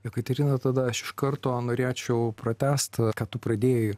jekaterina tada aš iš karto norėčiau pratęst ką tu pradėjai